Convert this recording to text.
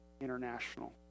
international